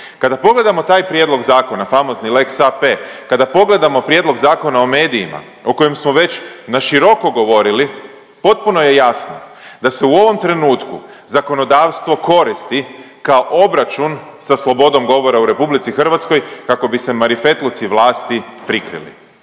Kada pogledamo taj prijedlog zakona famozni lex AP, kada pogledamo Prijedlog zakona o medijima o kojem smo već na široko govorili potpuno je jasno da se u ovom trenutku zakonodavstvo koristi kao obračun sa slobodom govora u RH kako bi se marifetluci vlasti prikrili.